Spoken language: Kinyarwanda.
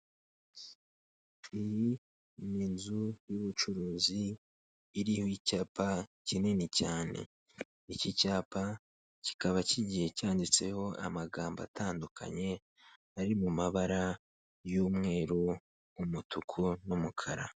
Iyi ni inzu y'ubucuruzi iriho icyapa kinini cyane, iki cyapa kikaba kigiye cyanditseho amagambo atandukanye ari mu mabara y'umweru, umutuku n'umukara.